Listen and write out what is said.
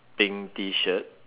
pink T shirt